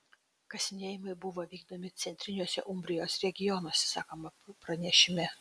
kasinėjimai buvo vykdomi centriniuose umbrijos regionuose sakoma pranešime